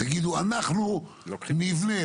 אנחנו נבנה,